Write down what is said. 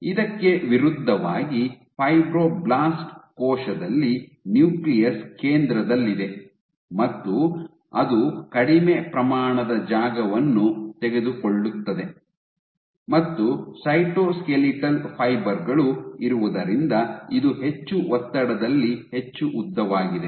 ಇದಕ್ಕೆ ವಿರುದ್ಧವಾಗಿ ಫೈಬ್ರೊಬ್ಲಾಸ್ಟ್ ಕೋಶದಲ್ಲಿ ನ್ಯೂಕ್ಲಿಯಸ್ ಕೇಂದ್ರದಲ್ಲಿದೆ ಮತ್ತು ಅದು ಕಡಿಮೆ ಪ್ರಮಾಣದ ಜಾಗವನ್ನು ತೆಗೆದುಕೊಳ್ಳುತ್ತದೆ ಮತ್ತು ಸೈಟೋಸ್ಕೆಲಿಟಲ್ ಫೈಬರ್ ಗಳು ಇರುವುದರಿಂದ ಇದು ಹೆಚ್ಚು ಒತ್ತಡದಲ್ಲಿ ಹೆಚ್ಚು ಉದ್ದವಾಗಿದೆ